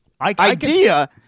Idea